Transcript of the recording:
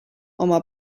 oma